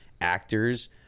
actors